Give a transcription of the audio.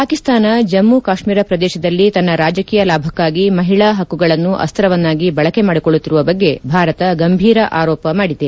ಪಾಕಿಸ್ತಾನ ಜಮ್ಮು ಕಾಶ್ಮೀರ ಪ್ರದೇಶದಲ್ಲಿ ತನ್ನ ರಾಜಕೀಯ ಲಾಭಕ್ಕಾಗಿ ಮಹಿಳಾ ಹಕ್ಕುಗಳನ್ನು ಅಸ್ತವನ್ನಾಗಿ ಬಳಕೆ ಮಾಡಿಕೊಳ್ಳುತ್ತಿರುವ ಬಗ್ಗೆ ಭಾರತ ಗಂಭೀರ ಆರೋಪ ಮಾಡಿದೆ